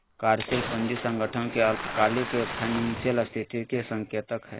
कार्यशील पूंजी संगठन के अल्पकालिक फाइनेंशियल स्थिति के संकेतक हइ